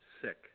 sick